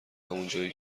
همونجایی